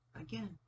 Again